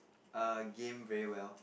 err game very well